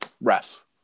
ref